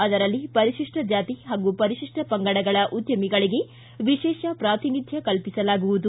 ಅದರಲ್ಲಿ ಪರಿಶಿಷ್ಟ ಜಾತಿ ಹಾಗೂ ಪರಿಶಿಷ್ಟ ಪಂಗಡಗಳ ಉದ್ಯಮಿಗಳಿಗೆ ವಿಶೇಷ ಪ್ರಾತಿನಿಧ್ಯ ಕಲ್ಪಿಸಲಾಗುವುದು